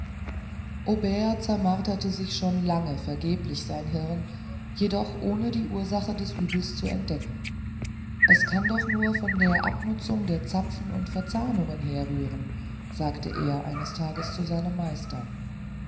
zermarterte schon lange vergeblich sein hirn jedoch ohne die ursache des uebels zu entdecken es kann doch nur von der abnutzung der zapfen und verzahnungen herrühren sagte er eines tages zu seinem meister